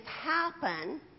happen